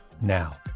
now